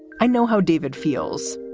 i know how david feels.